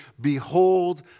Behold